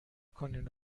کنین